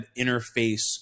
interface